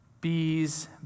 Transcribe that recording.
bees